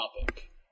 topic